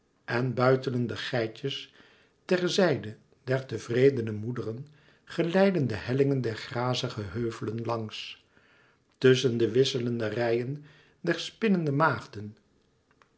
en buitelende geitjes ter zijde der tevredene moederen geleidden de hellingen der grazige heuvelen langs tusschen de wisselende reien der spinnende maagden